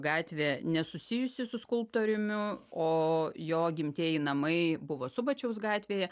gatvė nesusijusi su skulptoriumi o jo gimtieji namai buvo subačiaus gatvėje